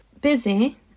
busy